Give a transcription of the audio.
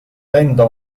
tenta